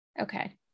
Okay